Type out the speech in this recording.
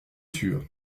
sûre